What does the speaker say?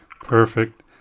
perfect